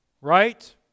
right